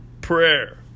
prayer